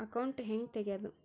Account ಹ್ಯಾಂಗ ತೆಗ್ಯಾದು?